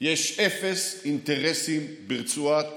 יש אפס אינטרסים ברצועת